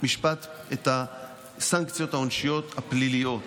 את הסנקציות העונשיות הפליליות.